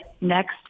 next